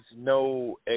no